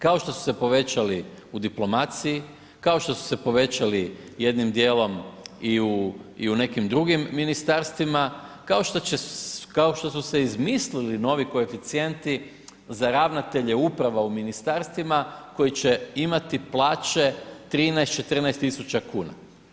Kao što su se povećali u diplomaciji, kao što su se povećali jednim djelom i u nekim drugim ministarstvima, kao što su se izmislili novi koeficijenti za ravnatelje uprava u ministarstvima koji će imati plaće 13, 14 000 kuna.